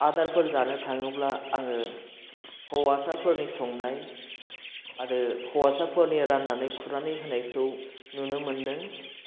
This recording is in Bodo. आदारफोर जानो थाङोब्ला आङो हौवासाफोरनि संनाय आरो हौवासाफोरनि रान्नानै खुरनानै होनायखौ नुनो मोनदों